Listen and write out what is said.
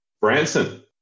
Branson